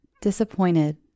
Disappointed